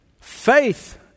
Faith